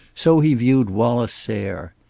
so he viewed wallace sayre.